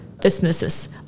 businesses